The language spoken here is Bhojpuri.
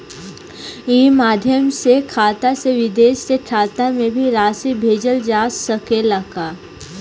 ई माध्यम से खाता से विदेश के खाता में भी राशि भेजल जा सकेला का?